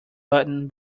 button